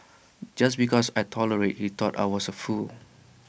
just because I tolerated he thought I was A fool